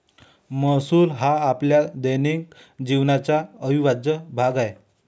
महसूल हा आपल्या दैनंदिन जीवनाचा अविभाज्य भाग आहे